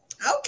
Okay